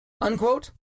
Unquote